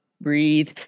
Breathe